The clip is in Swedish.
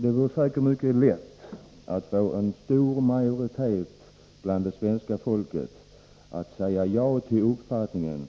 Det går säkert mycket lätt att få en stor majoritet av det svenska folket att säga ja till uppfattningen